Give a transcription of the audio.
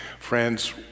Friends